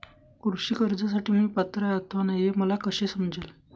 कृषी कर्जासाठी मी पात्र आहे अथवा नाही, हे मला कसे समजेल?